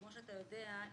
כמו שאתה יודע,